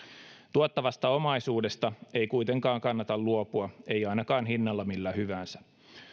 tuottavasta omaisuudesta ei kuitenkaan kannata luopua ei ainakaan hinnalla millä hyvänsä